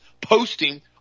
posting